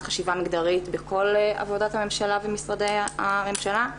חשיבה מגדרית בכל עבודת הממשלה ומשרדי הממשלה,